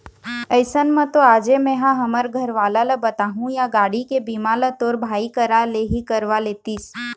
अइसन म तो आजे मेंहा हमर घरवाला ल बताहूँ या गाड़ी के बीमा ल तोर भाई करा ले ही करवा लेतिस